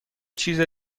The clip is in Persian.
چیز